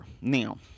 now